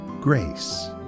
grace